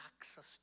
access